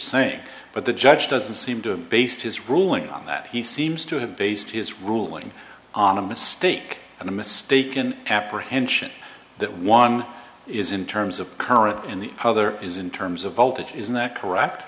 saying but the judge doesn't seem to based his ruling on that he seems to have based his ruling on a mistake and a mistaken apprehension that one is in terms of current and the other is in terms of voltage isn't that